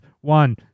one